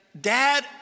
Dad